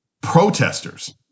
protesters